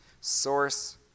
Source